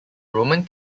roman